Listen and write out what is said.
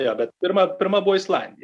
jo bet pirma pirma buvo islandija